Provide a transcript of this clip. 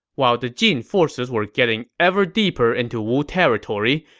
while the jin forces were getting ever deeper into wu territory,